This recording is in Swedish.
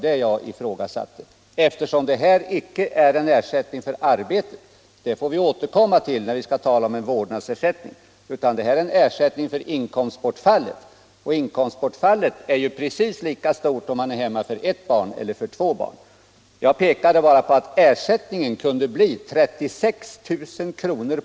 Det här är icke en ersättning för arbetet — en sådan får vi återkomma till när det blir tal om vårdnadsersättning — utan det här är en ersättning för inkomstbortfallet. Och inkomstbortfallet är precis lika stort oavsett om man är hemma för ett barn eller för två barn. Jag visade på att ersättningen kunde bli 36 000 kr.